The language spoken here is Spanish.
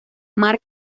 mark